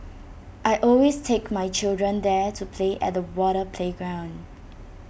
I always take my children there to play at the water playground